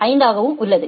5 ஆகவும் உள்ளது